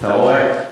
אתה רואה?